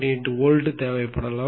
8 volt தேவைப்படலாம்